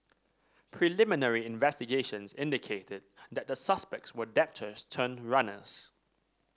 preliminary investigations indicated that the suspects were debtors turned runners